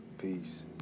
Peace